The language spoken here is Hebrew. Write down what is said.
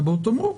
אבל בואו תאמרו,